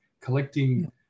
collecting